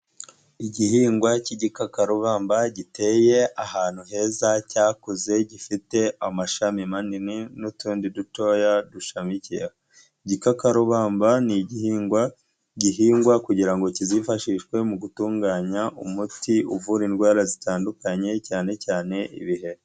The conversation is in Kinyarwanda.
Igihingwa cy'igikakarubamba giteye ahantu heza cyakuze gifite amashami manini n'utundi dutoya dushamikiyeho. Igikakarubamba ni igihingwa gihingwa kugira ngo kizifashishwe mu gutunganya umuti uvura indwara zitandukanye cyane cyane ibiheri.